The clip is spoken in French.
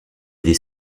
des